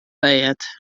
bêd